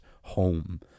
home